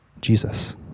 Jesus